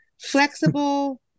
flexible